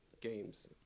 games